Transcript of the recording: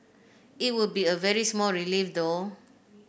it would be a very small relief though